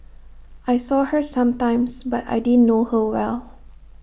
I saw her sometimes but I didn't know her well